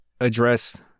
address